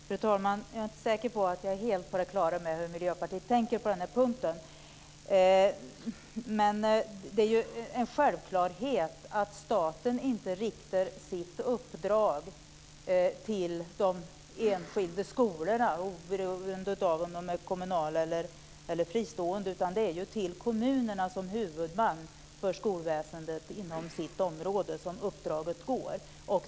Fru talman! Jag är inte säker på att jag är helt på det klara med hur Miljöpartiet tänker på den här punkten. Det är ju en självklarhet att inte staten riktar sitt uppdrag till de enskilda skolorna beroende på om de är kommunala eller fristående. Det är till kommunen som huvudman för skolväsendet inom sitt område som uppdraget går.